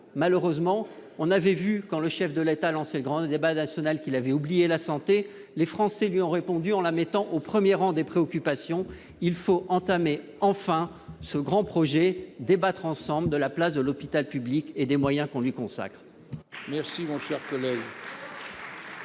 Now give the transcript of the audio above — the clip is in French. Malheureusement, quand le chef de l'État a lancé le grand débat national, il a oublié la santé. Les Français lui ont répondu en la mettant au premier rang de leurs préoccupations. Il faut enfin débattre ensemble de la place de l'hôpital public et des moyens qu'on lui consacre.